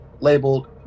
labeled